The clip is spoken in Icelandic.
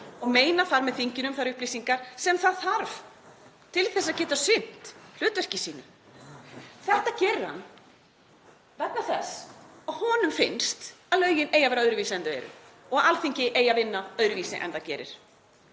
þinginu þar með um þær upplýsingar sem það þarf til að geta sinnt hlutverki sínu. Þetta gerir hann vegna þess að honum finnst að lögin eigi að vera öðruvísi en þau eru og Alþingi eigi að vinna öðruvísi en það gerir.